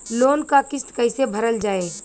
Loan क किस्त कैसे भरल जाए?